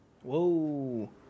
Whoa